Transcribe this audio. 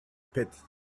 pit